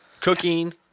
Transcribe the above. cooking